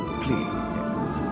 please